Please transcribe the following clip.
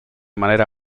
manera